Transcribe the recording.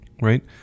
right